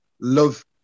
love